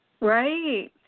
Right